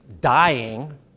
dying